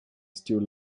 still